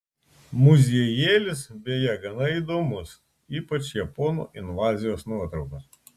muziejėlis beje gana įdomus ypač japonų invazijos nuotraukos